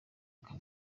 aka